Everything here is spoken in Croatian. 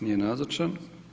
Nije nazočan.